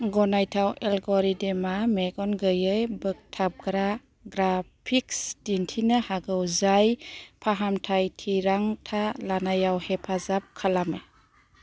गनायथाव एल्ग'रिदेमा मेगन गैयै बोगथाबग्रा ग्राफिक्स दिन्थिनो हागौ जाय फाहामथाइ थिरांथा लानायाव हेफाजाब खालामो